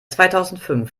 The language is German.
zweitausendfünf